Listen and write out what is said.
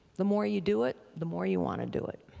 the more you do it, the more you want to do it.